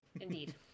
Indeed